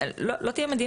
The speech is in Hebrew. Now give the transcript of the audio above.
לא תהיה מדינה.